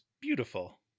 beautiful